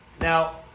Now